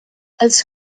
als